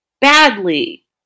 Badly